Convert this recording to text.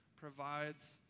provides